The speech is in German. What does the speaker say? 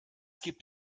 gibt